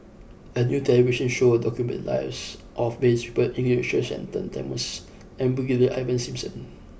a new television show documented lives of various people including Sir Shenton Thomas and Brigadier Ivan Simson